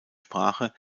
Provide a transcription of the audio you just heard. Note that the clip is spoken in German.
sprache